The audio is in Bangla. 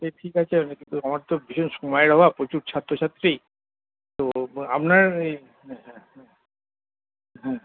সে ঠিক আছে আমারতো ভীষণ সময়ের অভাব প্রচুর ছাত্রছাত্রী তো আপনার হ্যাঁ